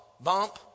bump